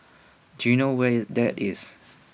don you know where is that is